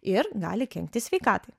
ir gali kenkti sveikatai